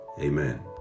Amen